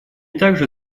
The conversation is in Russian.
также